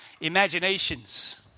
imaginations